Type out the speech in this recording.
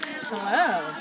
Hello